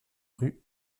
rue